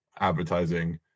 advertising